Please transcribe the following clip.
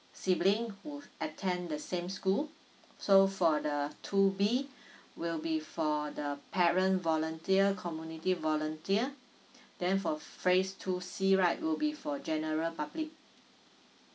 sibling who attend the same school so for the two B will be for the parent volunteer community volunteer then for phase two C right would be for general public